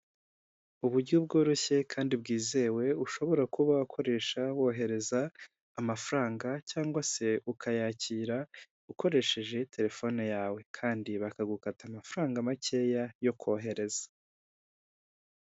Uburyo bworoshye kandi bwizewe, ushobora kuba wakoresha wohereza amafaranga cyangwa se ukayakira, ukoresheje terefone yawe kandi bakagukata amafaranga makeya yo kohereza.